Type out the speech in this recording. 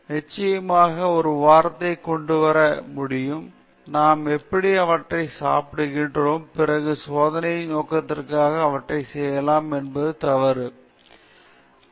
எனவே நிச்சயமாக ஒரு வாதத்தை கொண்டு வர முடியும் நாம் எப்படியும் அவற்றை சாப்பிடுகிறோம் பிறகு சோதனை நோக்கங்களுக்காக அவற்றைப் பயன்படுத்துவதில் தவறு என்ன